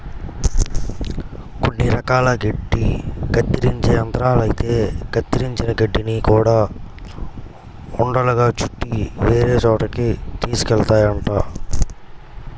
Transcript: కొన్ని రకాల గడ్డి కత్తిరించే యంత్రాలైతే కత్తిరించిన గడ్డిని గూడా ఉండలుగా చుట్టి వేరే చోటకి తీసుకెళ్తాయంట